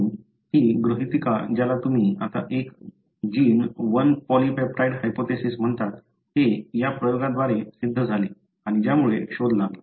म्हणून ही गृहीता ज्याला तुम्ही आता एक जीन वन पॉलीपेप्टाइड हायपोथेसिस म्हणता ते या प्रयोगांद्वारे सिद्ध झाले आणि ज्यामुळे शोध लागला